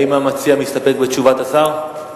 האם המציע מסתפק בתשובת השר?